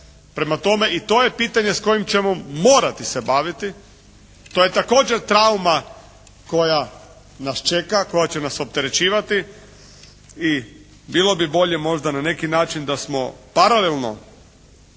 Prema tome i to je pitanje s kojim ćemo morati se baviti. To je također trauma koja nas čeka, koja će nas opterećivati i bilo bi bolje možda na neki način da smo paralelno